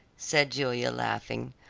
said julia, laughing.